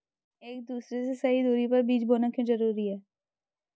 एक दूसरे से सही दूरी पर बीज बोना क्यों जरूरी है?